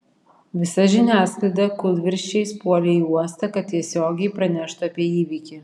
visa žiniasklaida kūlvirsčiais puolė į uostą kad tiesiogiai praneštų apie įvykį